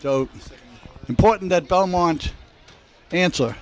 so important that belmont answer